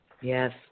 Yes